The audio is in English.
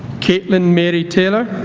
caitlyn mary taylor